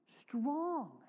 strong